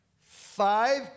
Five